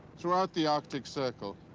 throughout the arctic circle,